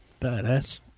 Badass